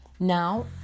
Now